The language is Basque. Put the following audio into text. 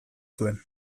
zuen